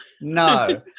No